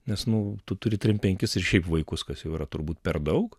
nes nu tu turi trim penkis ir šiaip vaikus kas jau yra turbūt per daug